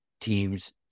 teams